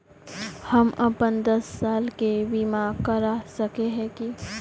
हम अपन दस साल के बीमा करा सके है की?